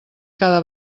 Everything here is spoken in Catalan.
cada